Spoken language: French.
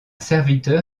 serviteur